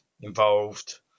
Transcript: involved